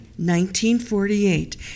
1948